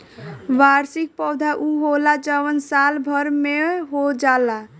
वार्षिक पौधा उ होला जवन साल भर में हो जाला